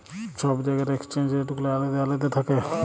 ছব জায়গার exchange rate গুলা আলেদা আলেদা থ্যাকে